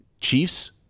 Chiefs